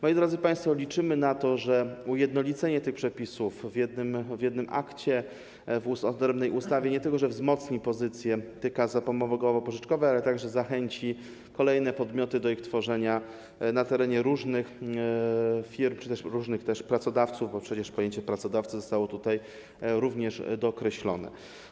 Moi drodzy państwo, liczymy na to, że ujednolicenie tych przepisów w jednym akcie prawnym, w odrębnej ustawie, nie tylko wzmocni pozycję kas zapomogowo-pożyczkowych, ale także zachęci kolejne podmioty do ich tworzenia na terenie różnych firm czy też przez różnych pracodawców, bo przecież pojęcie pracodawcy zostało tutaj również dookreślone.